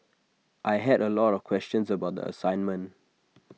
I had A lot of questions about the assignment